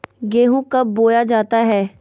गेंहू कब बोया जाता हैं?